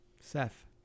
Seth